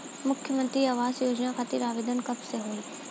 मुख्यमंत्री आवास योजना खातिर आवेदन कब से होई?